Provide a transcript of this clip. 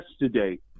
yesterday